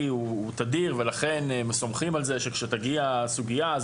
הוא תדיר ולכן הם סומכים על כך שכאשר תגיע הסוגייה,